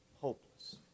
hopeless